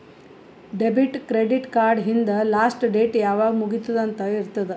debit, credit card ಹಿಂದ್ last date ಯಾವಾಗ್ ಮುಗಿತ್ತುದ್ ಅಂತ್ ಇರ್ತುದ್